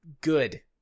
good